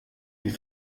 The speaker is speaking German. die